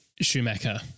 Schumacher